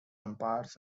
empires